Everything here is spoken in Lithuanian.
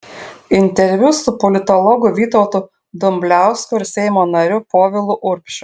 interviu su politologu vytautu dumbliausku ir seimo nariu povilu urbšiu